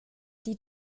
die